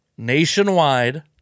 nationwide